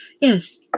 Yes